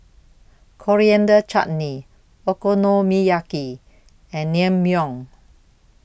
Coriander Chutney Okonomiyaki and Naengmyeon